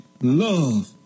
love